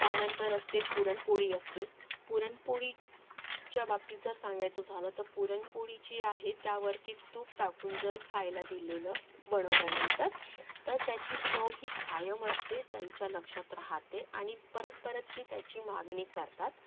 त्यानंतर असते पुरणपोळी असते पुरणपोळीच्या बाबतीत जर सांगायचं झालं तर पुरणपोळी जी आहे त्यावरती तूप टाकून जर खायला दिलेलं बनवल्यानंतर तर त्याची चव ही कायम असते त्यांच्या लक्षात राहते आणि परत परत ती त्याची मागणी करतात